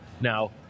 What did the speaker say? Now